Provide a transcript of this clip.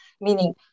meaning